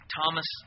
Thomas